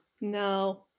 No